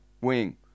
wing